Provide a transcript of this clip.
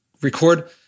record